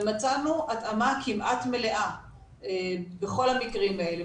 ומצאנו התאמה כמעט מלאה בכל המקרים האלה,